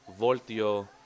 Voltio